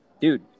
dude